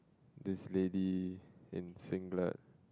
this lady in singlet